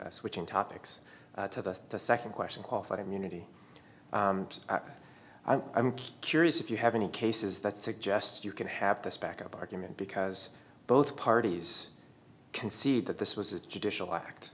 switching topics to the second question qualified immunity i'm curious if you have any cases that suggest you can have this backup argument because both parties concede that this was a judicial act